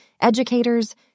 educators